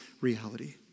reality